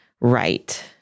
right